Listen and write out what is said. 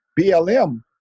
BLM